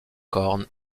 corne